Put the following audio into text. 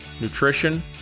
nutrition